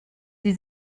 sie